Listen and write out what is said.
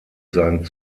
sein